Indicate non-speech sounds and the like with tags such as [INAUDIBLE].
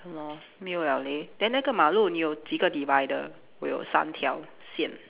[NOISE] 没有了 leh then 那个马路你有几个 divider 我有三条线